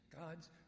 God's